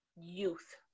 youth